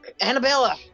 Annabella